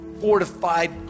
fortified